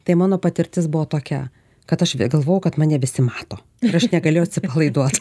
tai mano patirtis buvo tokia kad aš galvojau kad mane visi mato ir aš negalėjau atsipalaiduot